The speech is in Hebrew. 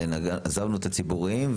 ועזבנו את הציבוריים,